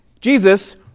Jesus